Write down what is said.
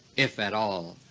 if at all.